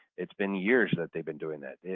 it's been years that they've been doing that.